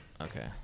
Okay